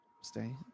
Stay